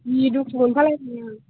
जि दुखु मोनफालायबाय आं